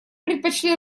предпочли